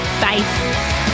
Bye